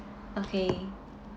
okay